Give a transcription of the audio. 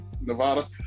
Nevada